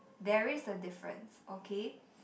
there is a difference okay